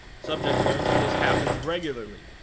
subject learns that this happens regularly,